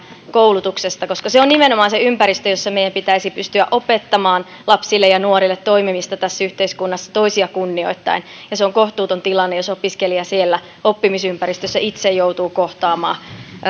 koulutuksesta koska se on nimenomaan se ympäristö jossa meidän pitäisi pystyä opettamaan lapsille ja nuorille toimimista tässä yhteiskunnassa toisia kunnioittaen ja se on kohtuuton tilanne jos opiskelija siellä oppimisympäristössä itse joutuu kohtaamaan